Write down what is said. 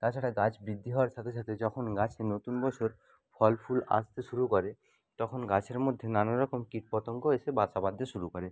তাছাড়া গাছ বৃদ্ধি হওয়ার সাথে সাথে যখন গাছে নতুন বছর ফল ফুল আসতে শুরু করে তখন গাছের মধ্যে নানা রকম কীট পতঙ্গ এসে বাসা বাঁধতে শুরু করে